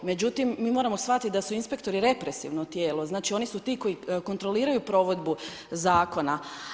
Međutim, mi moramo shvatiti da su inspektori represivno tijelo, znači oni su ti koji kontroliraju provedbu zakona.